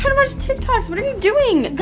watch tiktoks. what are you doing?